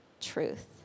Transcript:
truth